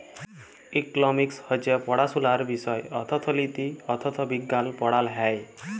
economics হছে পড়াশুলার বিষয় অথ্থলিতি, অথ্থবিজ্ঞাল পড়াল হ্যয়